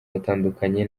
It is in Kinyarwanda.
yatandukanye